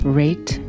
rate